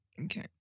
Okay